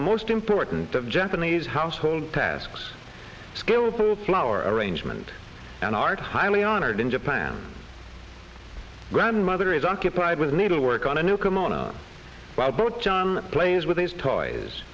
the most important of japanese household tasks skillful flower arrangement an art highly honored in japan grandmother is occupied with needlework on a new kimono while both john plays with these toys